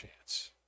chance